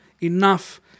enough